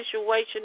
situation